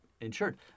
insured